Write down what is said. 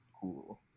cool